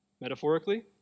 metaphorically